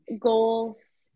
goals